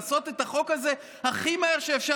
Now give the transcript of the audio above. לעשות את החוק הזה הכי מהר שאפשר.